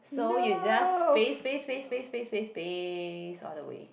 so you just paste paste paste paste paste all the way